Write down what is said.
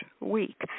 week